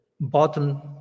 bottom